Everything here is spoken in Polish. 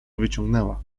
wyciągnęła